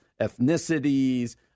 ethnicities